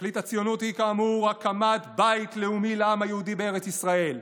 תכלית הציונות היא כאמור הקמת בית לאומי לעם היהודי בארץ ישראל,